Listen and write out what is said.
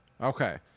Okay